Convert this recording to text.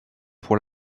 pour